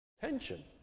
tension